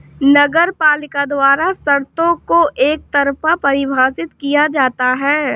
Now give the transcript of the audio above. नगरपालिका द्वारा शर्तों को एकतरफा परिभाषित किया जाता है